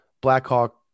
Blackhawk